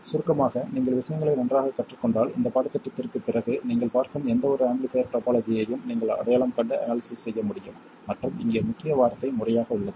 சுருக்கமாக நீங்கள் விஷயங்களை நன்றாகக் கற்றுக்கொண்டால் இந்தப் பாடத்திட்டத்திற்குப் பிறகு நீங்கள் பார்க்கும் எந்த ஒரு ஆம்பிளிஃபைர் டோபோலாஜியையும் நீங்கள் அடையாளம் கண்டு அனாலிசிஸ் செய்ய முடியும் மற்றும் இங்கே முக்கிய வார்த்தை முறையாக உள்ளது